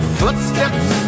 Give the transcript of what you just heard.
Footsteps